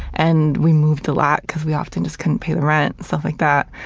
and we moved a lot because we often just couldn't pay the rent and stuff like that,